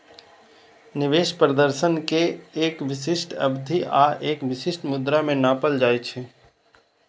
निवेश प्रदर्शन कें एक विशिष्ट अवधि आ एक विशिष्ट मुद्रा मे नापल जाइ छै